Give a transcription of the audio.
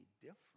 different